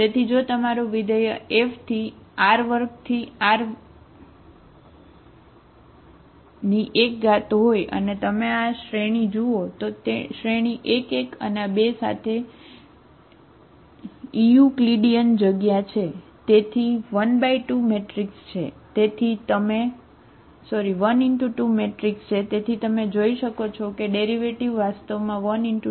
તેથી જો તમારું વિધેય F R2R1 હોય અને તમે આ શ્રેણી જુઓ તો શ્રેણી 1 1 આ 2 સાથે ઈયુક્લિડિયન જગ્યા સાથે x બરાબર